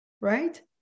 right